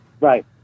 right